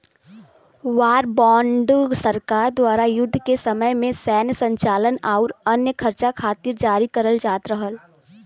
war bond सरकार द्वारा युद्ध के समय में सैन्य संचालन आउर अन्य खर्चा खातिर जारी करल जात रहल